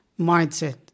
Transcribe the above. mindset